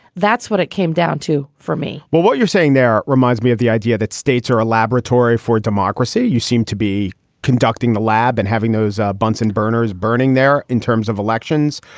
that's what it came down to me well, what you're saying there reminds me of the idea that states are a laboratory for democracy. you seem to be conducting the lab and having those bunsen burners burning there in terms of elections.